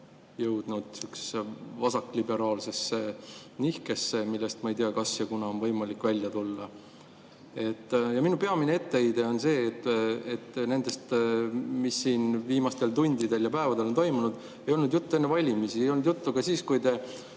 jõudnud sellisesse vasakliberaalsesse nihkesse, et ma ei tea, kas ja kuna on võimalik sellest välja tulla. Minu peamine etteheide on see, et sellest, mis on siin viimastel tundidel ja päevadel toimunud, ei olnud juttu enne valimisi. Ei olnud juttu ka siis, kui te